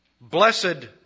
Blessed